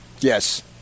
Yes